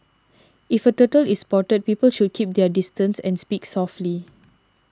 if a turtle is spotted people should keep their distance and speak softly